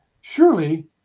Surely